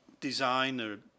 designer